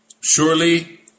Surely